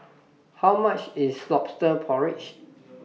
How much IS Lobster Porridge